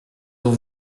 aux